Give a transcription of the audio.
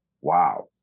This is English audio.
wow